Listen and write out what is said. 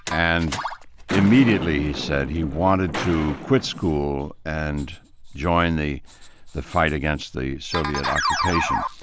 and immediately he said he wanted to quit school and join the the fight against the soviet occupation.